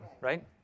right